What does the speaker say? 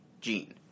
gene